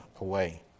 away